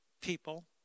people